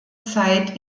zeit